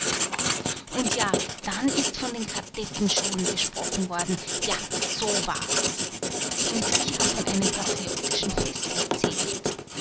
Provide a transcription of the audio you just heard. und dann ist von den kadettenschulen gesprochen worden ja so war's und ich hab von einem patriotischen fest erzählt